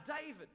David